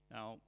Now